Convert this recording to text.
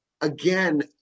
again